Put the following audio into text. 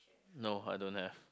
no I don't have